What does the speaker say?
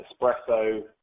espresso